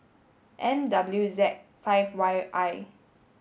M W Z five Y I